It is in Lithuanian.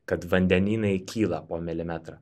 kad vandenynai kyla po milimetrą